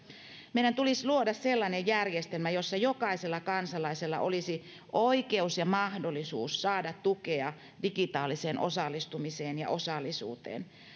meidän tulisi luoda sellainen järjestelmä jossa jokaisella kansalaisella olisi oikeus ja mahdollisuus saada tukea digitaaliseen osallistumiseen ja osallisuuteen